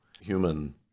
human